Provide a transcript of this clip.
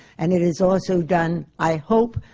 and it is also done, i hope,